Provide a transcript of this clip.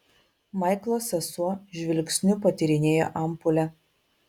maiklo sesuo žvilgsniu patyrinėjo ampulę